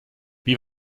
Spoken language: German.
wie